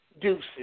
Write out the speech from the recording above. Deuces